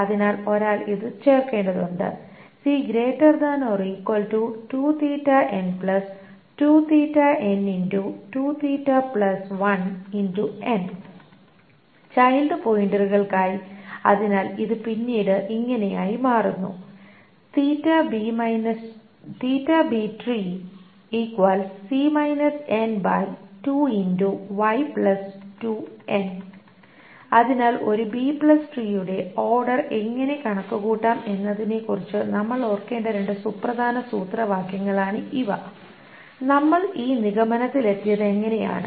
അതിനാൽ ഒരാൾ ഇത് ചേർക്കേണ്ടതുണ്ട് ചൈൽഡ് പോയിന്ററുകൾക്കായി അതിനാൽ ഇത് പിന്നീട് ഇങ്ങനെയായി മാറുന്നു അതിനാൽ ഒരു ബി ട്രീയുടെ B tree ഓർഡർ എങ്ങനെ കണക്കുകൂട്ടാം എന്നതിനെക്കുറിച്ച് നമ്മൾ ഓർക്കേണ്ട രണ്ട് സുപ്രധാന സൂത്രവാക്യങ്ങളാണ് ഇവ നമ്മൾ ഈ നിഗമനത്തിലെത്തിയത് എങ്ങനെയാണ്